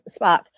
Spock